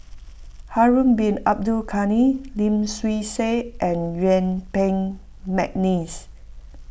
Harun Bin Abdul Ghani Lim Swee Say and Yuen Peng McNeice